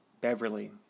Beverly